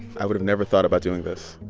i would've never thought about doing this